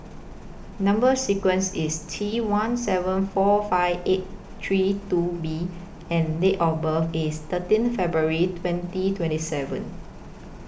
Number sequence IS T one seven four five eight three two B and Date of birth IS thirteen February twenty twenty seven